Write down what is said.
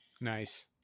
Nice